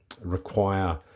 require